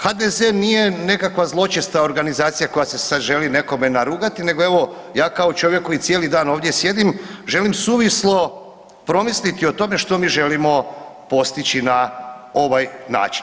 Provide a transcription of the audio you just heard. HDZ nije nekakva zločesta organizacija koja se sad želi nekome narugati nego evo ja kao čovjek koji cijeli dan ovdje sjedim želim suvislo promisliti o tome što mi želimo postići na ovaj način.